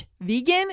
vegan